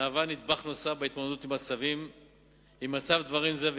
מהווה נדבך נוסף בהתמודדות עם מצב דברים זה,